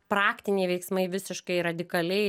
praktiniai veiksmai visiškai radikaliai